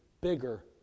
bigger